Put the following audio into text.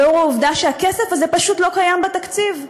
לנוכח העובדה שהכסף הזה פשוט לא קיים בתקציב?